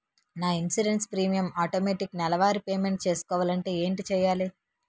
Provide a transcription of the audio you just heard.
నా insurance premium automatic నెలవారి payment చేసుకోవాలంటే ఏంటి చేయాలి?